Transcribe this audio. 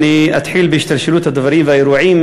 אני אתחיל בהשתלשלות הדברים והאירועים